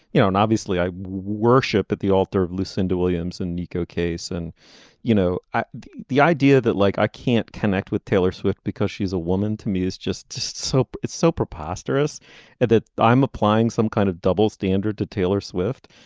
you know and obviously i worship at the altar of lucinda williams and neko case and you know the idea that like i can't connect with taylor swift because she's a woman to me is just just so it's so preposterous that i'm applying some kind of double standard to taylor swift.